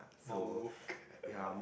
more